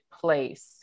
place